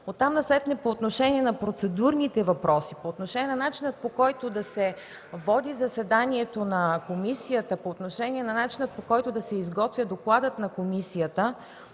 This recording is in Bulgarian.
Оттам насетне по отношение на процедурните въпроси, по отношение на начина, по който да се води заседанието на комисията, по отношение на начина, по който да се изготви докладът на комисията,